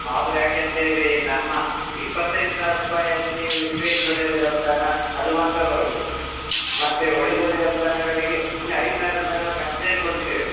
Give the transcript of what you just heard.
ಅದು ಯಾಕೆ ಅಂತೇಳಿದ್ರೆ ನಮ್ಮ ಇಪ್ಪತೈದು ಸಾವಿರ ರೂಪಾಯಿ ಅಲ್ಲಿ ವಿಶ್ವೇಶ್ವರ ದೇವಸ್ಥಾನ ಅದು ಮಾತ್ರ ಬರೋದು ಮತ್ತೆ ಉಳಿದ ದೇವಸ್ಥಾನಗಳಿಗೆ ಅಂದರೆ ಐದು ಸಾವಿರ ರೂಪಾಯಿ ನಾವು ಕನ್ಸೆಷನ್ ಕೊಟ್ಟಿದ್ದೇವೆ